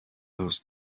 los